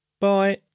Bye